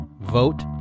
Vote